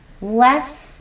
less